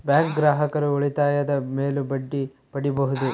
bank ಗ್ರಾಹಕರು ಉಳಿತಾಯದ ಮೇಲೂ ಬಡ್ಡಿ ಪಡೀಬಹುದು